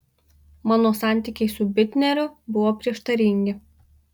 mano santykiai su bitneriu buvo prieštaringi